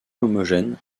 homogène